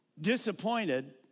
disappointed